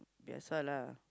that's why lah